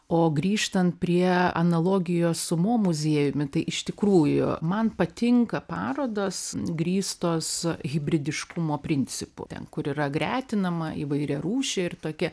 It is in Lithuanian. o grįžtant prie analogijos su mo muziejumi tai iš tikrųjų man patinka parodos grįstos hibridiškumo principu ten kur yra gretinama įvairiarūšė ir tokia